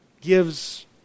gives